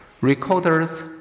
recorders